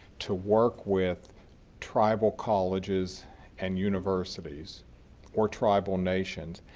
to work with tribal colleges and universities or tribal nations,